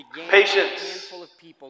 Patience